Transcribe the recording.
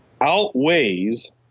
outweighs